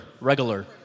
regular